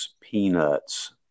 peanuts